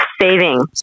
saving